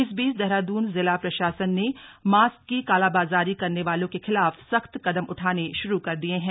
इस बीच देहरादून जिला प्रशासन ने मास्क की कालाबाजारी करने वालों के खिलाफ सख्त कदम उठाने शुरू कर दिये हैं